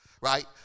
Right